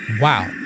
Wow